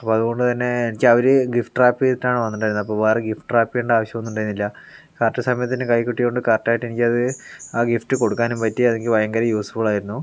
അപ്പോൾ അതുകൊണ്ടുത്തന്നെ എനിക്ക് അവർ ഗിഫ്റ്റ് റാപ് ചെയ്തിട്ടാണ് കൊണ്ടുവന്ന് തന്നത് അപ്പം ഗിഫ്റ്റ് റാപ് ചെയ്യേണ്ട ആവശ്യം ഒന്നും ഉണ്ടായിരുന്നില്ല കറക്റ്റ് സമയത്ത് തന്നെ കൈയിൽ കിട്ടിയത് കൊണ്ട് കറക്റ്റായിട്ട് എനിക്ക് അത് ആ ഗിഫ്റ്റ് കൊടുക്കാനും പറ്റി എനിക്ക് അത് ഭയങ്കര യൂസ്ഫുൾ ആയിരുന്നു